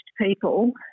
people